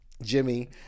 Jimmy